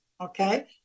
Okay